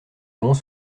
avons